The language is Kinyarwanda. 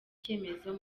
icyemezo